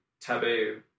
taboo